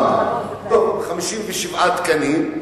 57 תקנים,